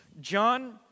John